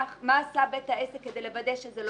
מה עשה בית העסק כדי לוודא שזה לא יקרה.